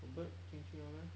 got bird 进去的 meh